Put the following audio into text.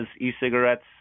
e-cigarettes